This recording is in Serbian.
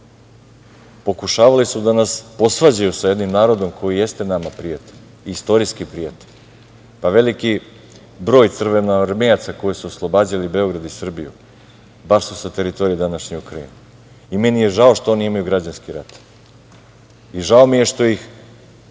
Vučića. Pokušavali su da nas posvađaju sa jednim narodom koji jeste nama prijatelj, istorijski prijatelj. Veliki broj crvenoarmijaca koji su oslobađali Beograd i Srbiju baš su sa teritorije današnje Ukrajine. Meni je žao što oni imaju građanski rat i žao mi je što ih